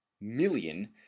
million